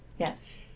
Yes